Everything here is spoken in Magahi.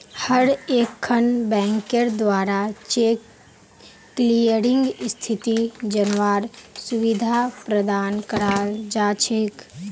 हर एकखन बैंकेर द्वारा चेक क्लियरिंग स्थिति जनवार सुविधा प्रदान कराल जा छेक